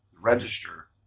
register